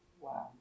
wow